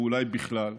ואולי בכלל,